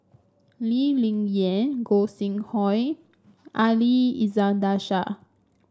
Lee Ling Yen Gog Sing Hooi Ali Iskandar Shah